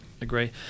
agree